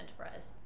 enterprise